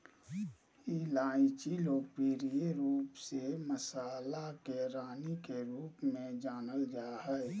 इलायची लोकप्रिय रूप से मसाला के रानी के रूप में जानल जा हइ